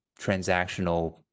transactional